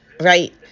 right